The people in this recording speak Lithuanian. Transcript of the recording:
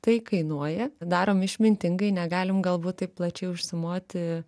tai kainuoja darom išmintingai negalim galbūt taip plačiai užsimoti